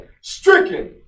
stricken